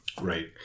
Right